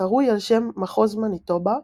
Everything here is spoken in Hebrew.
קרוי על שם מחוז מניטובה,